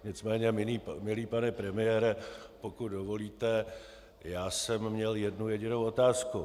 Nicméně, milý pane premiére, pokud dovolíte, já jsem měl jednu jedinou otázku.